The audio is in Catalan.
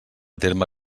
terme